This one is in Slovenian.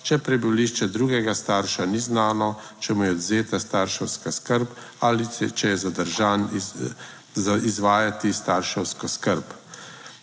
če prebivališče drugega starša ni znano, če mu je odvzeta starševska skrb ali če je zadržan izvajati starševsko skrb.